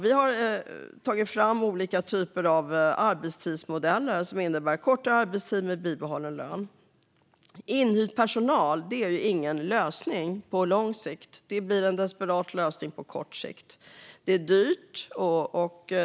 Vi har tagit fram olika typer av arbetstidsmodeller som innebär kortare arbetstid med bibehållen lön. Inhyrd personal är ingen lösning på lång sikt, utan de blir en desperat lösning på kort sikt. Det är dyrt.